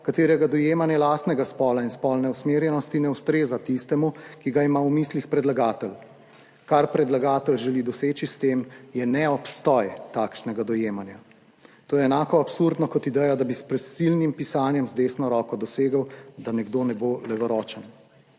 katerih dojemanje lastnega spola in spolne usmerjenosti ne ustreza tistemu, ki ga ima v mislih predlagatelj. Kar želi predlagatelj doseči s tem, je neobstoj takšnega dojemanja. To je enako absurdno kot ideja, da bi s prisilnim pisanjem z desno roko dosegel, da nekdo ne bo levoročen.